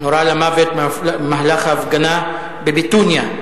נורה למוות במהלך ההפגנה בביתוניא.